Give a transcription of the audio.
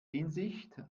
hinsicht